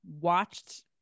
watched